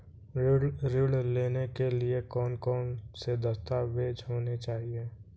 ऋण लेने के लिए कौन कौन से दस्तावेज होने चाहिए?